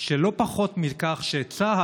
שלא פחות, צה"ל